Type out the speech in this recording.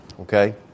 Okay